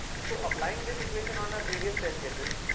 so applying this equation on our previous test cases